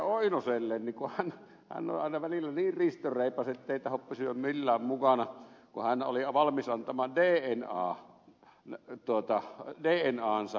oinoselle kun hän on aina välillä niin ristoreipas ettei tahdo pysyä millään mukana ja kun hän oli valmis antamaan dnansa käyttöön näihin tarkoituksiin